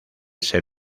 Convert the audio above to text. ser